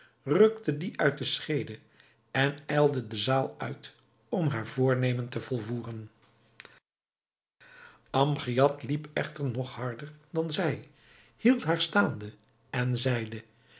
rukte die uit de scheede en ijlde de zaal uit om haar voornemen te volvoeren amgiad liep echter nog harder dan zij hield haar staande en zeide